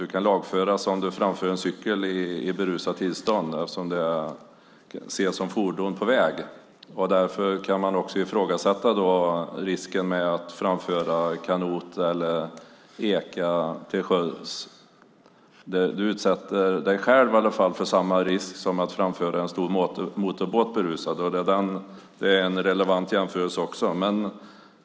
Man kan lagföras om man framför en cykel i berusat tillstånd eftersom det ses som ett fordon på väg. Därför kan man också ta upp risken när man framför kanot eller eka till sjöss. Man utsätter sig själv för samma risk som när man framför en stor motorbåt berusad. Det är också en relevant jämförelse.